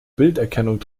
bilderkennung